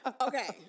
Okay